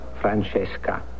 Francesca